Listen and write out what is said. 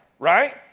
Right